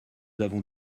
avons